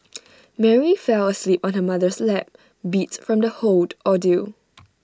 Mary fell asleep on her mother's lap beat from the whole ordeal